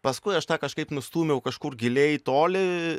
paskui aš tą kažkaip nustūmiau kažkur giliai toli